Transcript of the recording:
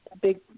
big